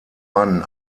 mann